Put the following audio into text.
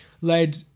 led